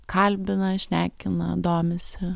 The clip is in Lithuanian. kalbina šnekina domisi